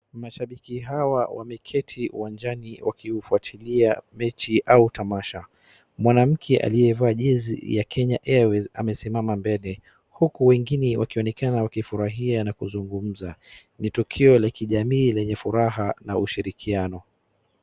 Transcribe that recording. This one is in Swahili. Mashabiki hawa wameketi uwanjani wakiufuatilia mechi au tamasha. Mwanamke aliyeva jezi ya Kenya Airways amesimama mbele huku wengine wakionekana wakifurahia na kuzungumza, ni tukio la kijamii lenye furaha na ushirikiano.